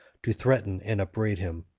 to threaten and upbraid him.